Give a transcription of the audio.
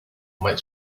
makes